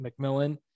McMillan